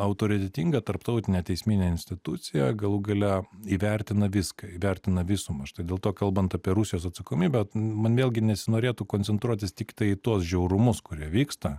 autoritetinga tarptautinė teisminė institucija galų gale įvertina viską įvertina visumą štai dėl to kalbant apie rusijos atsakomybę man vėlgi nesinorėtų koncentruotis tiktai į tuos žiaurumus kurie vyksta